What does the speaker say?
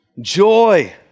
joy